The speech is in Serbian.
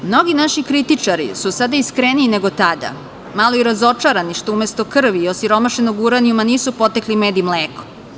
Mnogi naši kritičari su sada iskreniji nego tada, malo i razočarani što umesto krvi i osiromašenog uranijuma nisu potekli med i mleko.